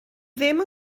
ddim